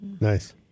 Nice